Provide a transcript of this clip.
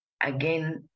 Again